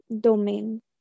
domain